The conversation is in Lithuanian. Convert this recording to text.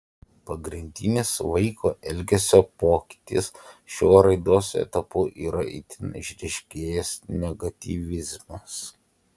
pagrindinis vaiko elgesio pokytis šiuo raidos etapu yra itin išryškėjęs negatyvizmas